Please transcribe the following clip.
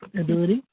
ability